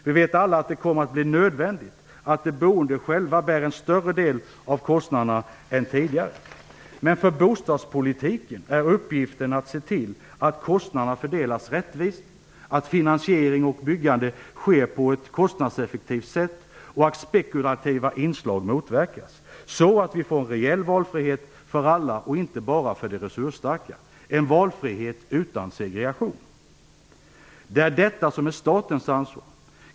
Vi vet alla att det kommer att bli nödvändigt att de boende själva bär en större del av kostnaderna än tidigare, men för bostadspolitiken är uppgiften att se till att kostnaderna fördelas rättvist, att finansiering och byggande sker på ett kostnadseffektivt sätt och att spekulativa inslag motverkas, så att vi får en reell valfrihet för alla och inte bara för de resursstarka - en valfrihet utan segregation. Det är detta som är statens ansvar.